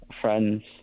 friends